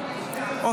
בעד